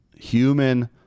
human